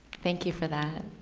thank you for that.